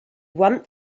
want